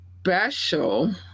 special